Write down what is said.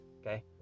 okay